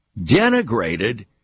denigrated